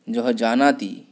यः जानाति